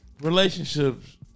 relationships